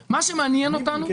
כשאתה מכניס את העניין הזה,